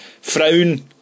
frown